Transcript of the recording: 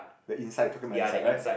the inside you're talking about inside right